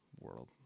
world